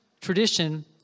tradition